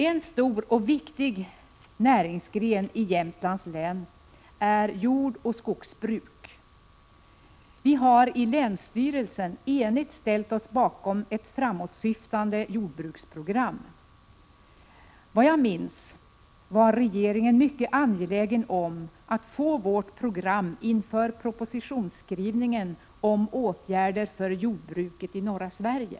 En stor och viktig näringsgren i Jämtlands län är jordoch skogsbruk. Vi har i länsstyrelsen enigt ställt oss bakom ett framåtsyftande jordbruksprogram. Efter vad jag minns var regeringen angelägen om att få vårt program inför propositionsskrivningen om åtgärder för jordbruket i norra Sverige.